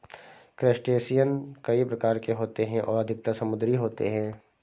crustacean कई प्रकार के होते हैं और अधिकतर समुद्री होते हैं